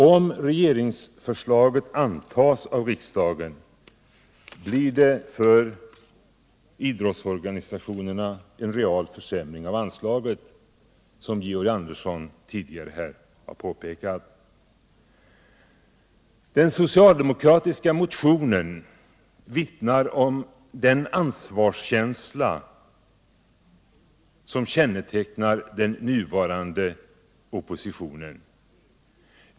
Om regeringsförslaget antas av riksdagen får idrottsorganisationerna en real försämring av anslaget, vilket också Georg Andersson har påpekat tidigare. Den socialdemokratiska motionen vittnar om den ansvarskänsla som kännetecknar den nuvarande oppositionen.